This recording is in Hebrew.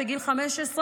בגיל 15,